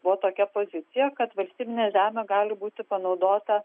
buvo tokia pozicija kad valstybinė žemė gali būti panaudota